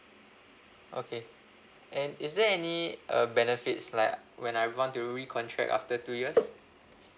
okay and is there any uh benefits like when I want to recontract after two years